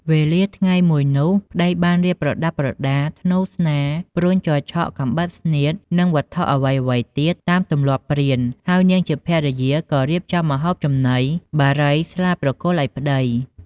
វេលាថ្ងៃមួយនោះ ប្តីបានរៀបប្រដាប់ប្រដា ធ្នូ ស្នា ព្រួញជ័រឆក់ កាំបិតស្នៀត និងវត្ថុអ្វីៗទៀត តាមទម្លាប់ព្រាន ហើយនាងជាភរិយា ក៏រៀបចំម្ហូបចំណី បារី ស្លាប្រគល់ឱ្យប្ដី។